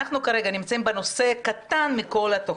ונאנחנו מדברים על נושא קטן מכול התוכנית.